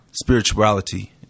spirituality